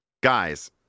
Guys